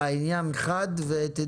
חד ולעניין.